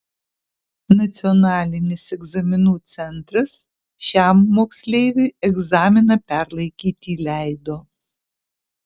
nacionalinis egzaminų centras šiam moksleiviui egzaminą perlaikyti leido